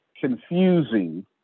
confusing